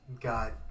God